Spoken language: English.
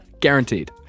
guaranteed